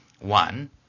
One